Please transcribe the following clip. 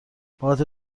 بخاطر